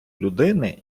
людини